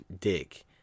dick